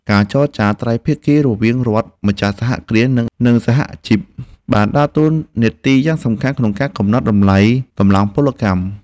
ការចរចាត្រីភាគីរវាងរដ្ឋ ម្ចាស់សហគ្រាស និងសហជីពបានដើរតួនាទីយ៉ាងសំខាន់ក្នុងការកំណត់តម្លៃកម្លាំងពលកម្ម។